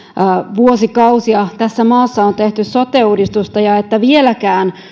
vuosikausia tässä maassa on tehty sote uudistusta ja että vieläkään